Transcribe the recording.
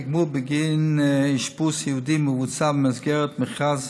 התגמול בגין אשפוז סיעודי מבוצע במסגרת מכרז